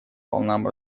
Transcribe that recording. волнам